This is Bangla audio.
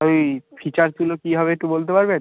তা ওই ফিচার্সগুলোর কী হবে একটু বলতে পারবেন